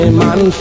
man